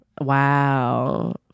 Wow